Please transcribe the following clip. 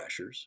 crashers